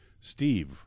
Steve